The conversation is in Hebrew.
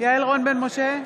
יעל רון בן משה,